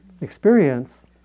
Experience